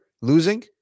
losing